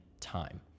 time